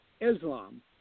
Islam